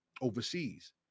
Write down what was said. overseas